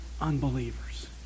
unbelievers